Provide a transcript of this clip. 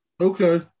Okay